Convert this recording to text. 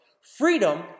freedom